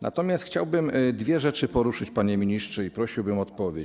Natomiast chciałbym dwie rzeczy poruszyć, panie ministrze, i prosiłbym o odpowiedź.